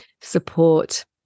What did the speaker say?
support